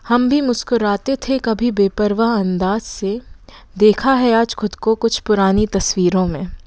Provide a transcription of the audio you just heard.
हम भी मुस्कुराते थे कभी बेपरवाह अंदास से देखा है आज ख़ुद को कुछ पुरानी तस्वीरों में